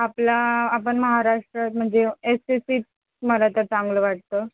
आपला आपण महाराष्ट्रात म्हणजे एस एस सीच मला तर चांगलं वाटतं